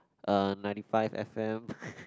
uh ninety five F_M